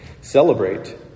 celebrate